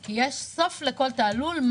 כי יש סוף לכל תעלול.